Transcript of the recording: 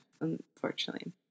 unfortunately